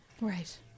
right